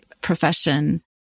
profession